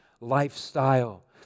lifestyle